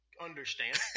understand